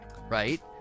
Right